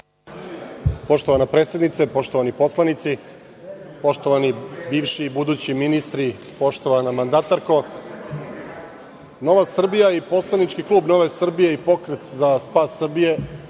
Poštovana predsednice, poštovani poslanici, poštovani bivši i budući ministri, poštovana mandatarko, Nova Srbija i poslanički klub Nove Srbije i Pokret za spas Srbije